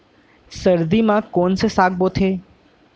सर्दी मा कोन से साग बोथे?